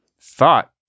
thought